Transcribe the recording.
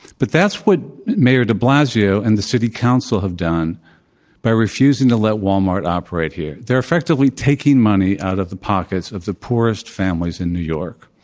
but that's what mayor de blasio and the city council have done by refusing to let walmart operate here. they're effectively taking money out of the pockets of the poorest families in new york.